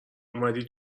اومدی